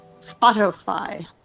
Spotify